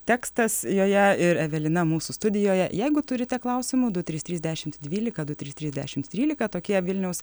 tekstas joje ir evelina mūsų studijoje jeigu turite klausimų du trys trys dešimt dvylika du trys trys dešimt trylika tokie vilniaus